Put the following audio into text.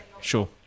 sure